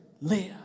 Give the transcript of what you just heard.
live